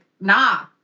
nah